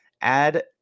add